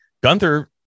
Gunther